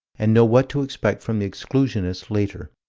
and know what to expect from the exclusionists later.